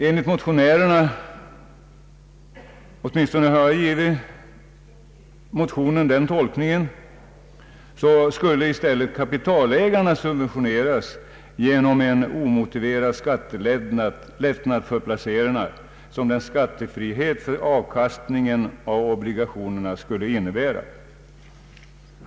Om jag har tolkat motionen rätt skulle, enligt motionärerna, i stället kapitalägarna subventioneras genom den omotiverade skattelättnad för placerarna som skattefrihet för avkastningen av obligationerna skulle innebära.